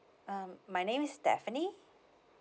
um my name is stephanie